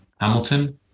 Hamilton